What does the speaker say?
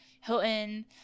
Hilton